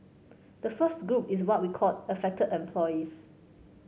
the first group is what we called affected employees